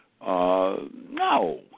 No